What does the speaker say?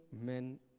men